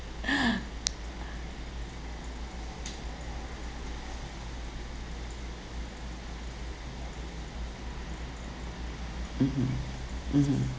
mmhmm mmhmm